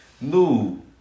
no